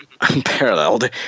Unparalleled